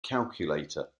calculator